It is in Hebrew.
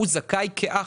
הוא זכאי כאח.